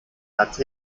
athen